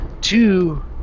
two